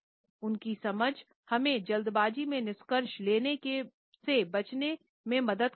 उनकी समझ हमें जल्दबाजी में निष्कर्ष लेने से बचने में मदद करती हैं